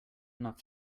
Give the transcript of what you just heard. enough